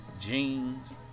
jeans